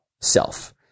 self